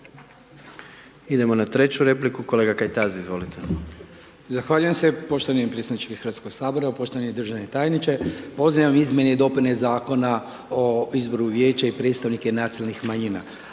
Idemo na treću repliku. Kolega Kajtazi, izvolite. **Kajtazi, Veljko (Nezavisni)** Zahvaljuje se poštovani predsjedniče Hrvatskoga sabora, poštovani državni tajniče. Pozdravljam izmjene i dopune Zakona o izboru vijeća i predstavnike nacionalnih manjina.